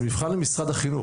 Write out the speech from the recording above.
זה מבחן למשרד החינוך.